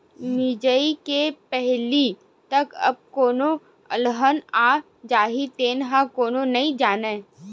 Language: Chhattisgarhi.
मिजई के पहिली तक कब कोनो अलहन आ जाही तेन ल कोनो नइ जानय